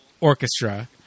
orchestra